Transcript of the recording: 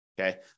Okay